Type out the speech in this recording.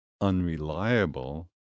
unreliable